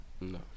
no